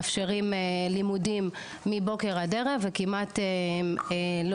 מאפשרים לימודים מבוקר עד ערב וכמעט לא